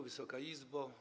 Wysoka Izbo!